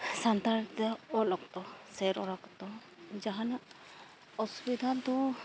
ᱥᱟᱱᱛᱟᱲ ᱛᱮ ᱚᱞ ᱚᱠᱛᱚ ᱥᱮ ᱨᱚᱲ ᱚᱠᱛᱚ ᱡᱟᱦᱟᱱᱟᱜ ᱚᱥᱩᱵᱤᱫᱷᱟ ᱫᱚ